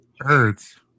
hurts